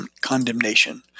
condemnation